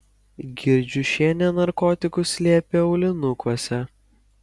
girdziušienė narkotikus slėpė aulinukuose